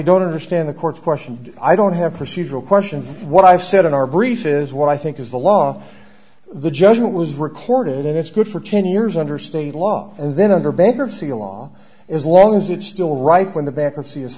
don't understand the court's question i don't have procedural questions what i've said in our brief is what i think is the law the judgment was recorded and it's good for ten years under state law and then under bankruptcy law as long as it still right when the bankruptcy is